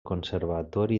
conservatori